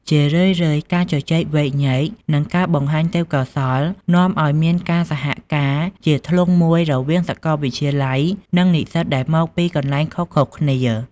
ជារឿយៗ ការជជែកវែកញែក និងការបង្ហាញទេពកោសល្យនាំឲ្យមានការសហការជាធ្លុងមួយរវាងសកលវិទ្យាល័យ និងនិស្សិតដែលមកពីកន្លែងខុសៗគ្នា។